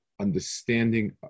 understanding